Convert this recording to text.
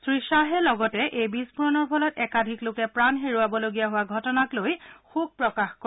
শ্ৰীশ্বাহে লগতে এই বিস্ফোৰণৰ ফলত একাধিক লোকে প্ৰাণ হেৰুৱাবলগীয়া হোৱা ঘটনাক লৈ শোক প্ৰকাশ কৰে